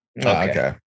Okay